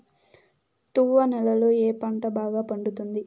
తువ్వ నేలలో ఏ పంట బాగా పండుతుంది?